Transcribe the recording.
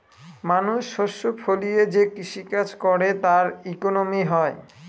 মানুষ শস্য ফলিয়ে যে কৃষি কাজ করে তার ইকোনমি হয়